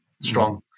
strong